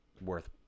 worth